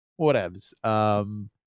whatevs